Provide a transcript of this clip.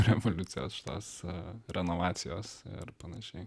revoliucijos tąsa renovacijos ir panašiai